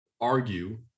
argue